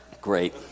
Great